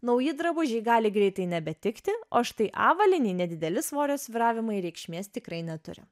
nauji drabužiai gali greitai nebetikti o štai avalynei nedideli svorio svyravimai reikšmės tikrai neturi